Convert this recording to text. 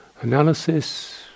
Analysis